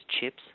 chips